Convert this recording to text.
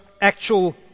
actual